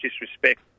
disrespect